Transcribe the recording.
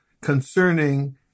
concerning